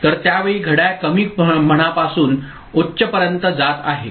तर त्यावेळी घड्याळ कमी म्हणापासून उच्चपर्यंत जात आहे